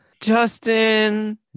Justin